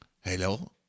Hello